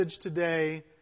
today